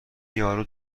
یارو